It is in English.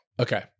Okay